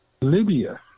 Libya